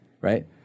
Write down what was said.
right